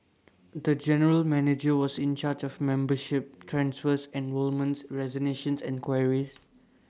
the general manager was in charge of membership transfers enrolments resignations and queries